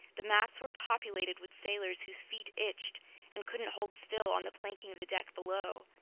the masts were populated with sailors whose feet itched and couldn't hold still on the planking of the deck below!